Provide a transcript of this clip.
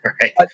Right